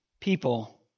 people